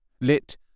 lit